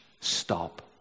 stop